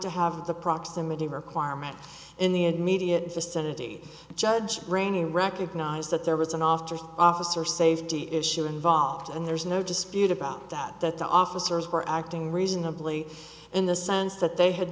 to have the proximity requirement in the immediate vicinity and judge rainey recognized that there was an officer officer safety issue involved and there's no dispute about that that the officers were acting reasonably in the sense that they had